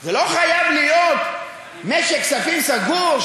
זה לא חייב להיות משק כספים סגור,